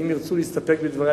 אם ירצו להסתפק בדברי,